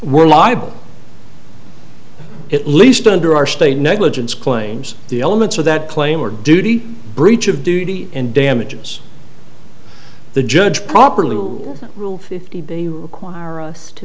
we're liable at least under our state negligence claims the elements of that claim or duty breach of duty and damages the judge properly will rule fifty they require us to